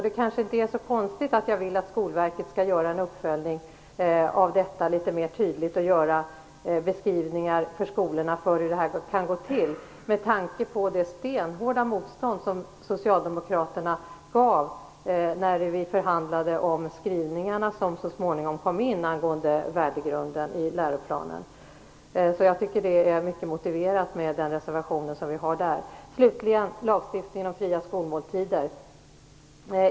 Det är kanske inte så konstigt att jag vill att Skolverket skall göra en tydligare uppföljning av detta och göra beskrivningar för skolorna när det gäller hur detta kan gå till med tanke på det stenhårda motstånd som Socialdemokraterna gjorde när vi förhandlade om de skrivningar som så småningom kom in angående värdegrunden i läroplanen. Jag tycker därför att det är mycket motiverat med den reservation som vi har fogat till betänkandet om detta. Slutligen vill jag säga något om lagstiftningen när det gäller fria skolmåltider.